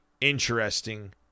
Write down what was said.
interesting